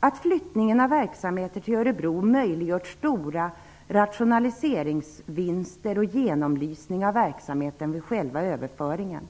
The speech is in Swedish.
att flyttningen av verksamheter till Örebro har möjliggjort stora rationaliseringsvinster och en genomlysning av verksamheten vid själva överföringen.